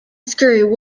screw